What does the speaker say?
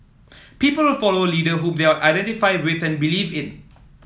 people will follow a leader whom they identify with and believe in